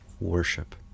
worship